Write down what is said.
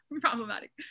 problematic